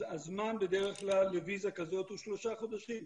הזמן בדרך כלל לוויזה כזאת הוא שלושה חודשים,